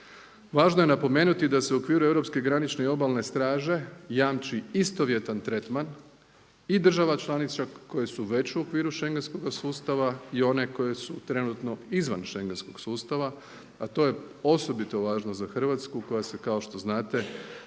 Važno je napomenuti i da se u okviru europske granične i obalne straže jamči istovjetan tretman i država članica koje su već u okviru schengenskoga sustava i one koje su trenutno izvan schengenskog sustava, a to je osobito važno za Hrvatsku koja se kao što znate